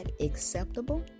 acceptable